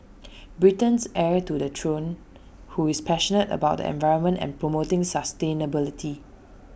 Britain's heir to the throne who is passionate about the environment and promoting sustainability